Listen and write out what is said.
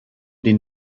den